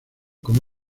como